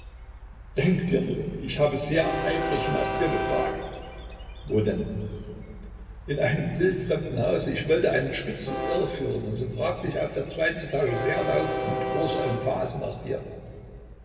denk dir nur ich habe sehr eifrig nach dir gefragt wo denn in einem wildfremden hause ich wollte einen spitzel irre führen und so fragte ich auf der zweiten etage sehr laut und mit großer emphase nach dir